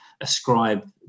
ascribe